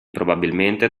probabilmente